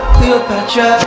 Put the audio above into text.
Cleopatra